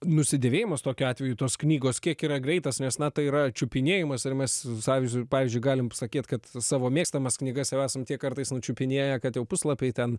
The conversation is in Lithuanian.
nusidėvėjimas tokiu atveju tos knygos kiek yra greitas nes na tai yra čiupinėjimas ir mes pavyzdžiui pavyzdžiui galim sakyt kad savo mėgstamas knygas jau esam tiek kartais nučiupinėję kad jau puslapiai ten